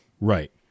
Right